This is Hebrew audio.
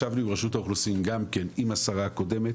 ישבנו עם רשות האוכלוסין גם כן עם השרה הקודמת.